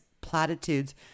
platitudes